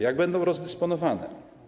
Jak będą rozdysponowane?